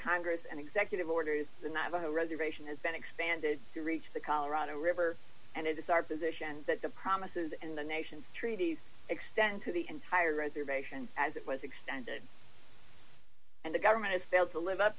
congress and executive orders the navajo reservation has been expanded to reach the colorado river and it is our position that the promises and the nation's treaties extend to the entire reservation as it was extended and the government has failed to live up